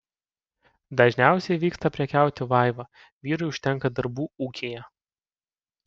dažniausiai vyksta prekiauti vaiva vyrui užtenka darbų ūkyje